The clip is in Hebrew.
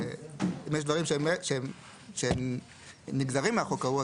ואם יש דברים שהם נגזרים מהחוק ההוא,